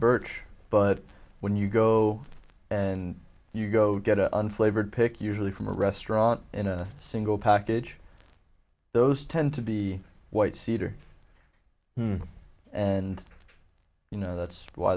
birch but when you go and you go get a unflavored pick usually from a restaurant in a single package those tend to be white cedar and you know that's why